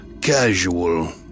casual